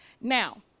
Now